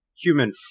human